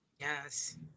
Yes